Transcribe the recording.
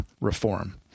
reform